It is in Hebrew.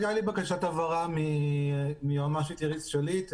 הייתה לי בקשת הבהרה מהיועצת המשפטית איריס שליט.